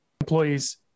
employees